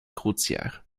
côtières